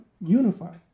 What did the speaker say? Unify